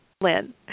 Lynn